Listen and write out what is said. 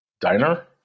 Diner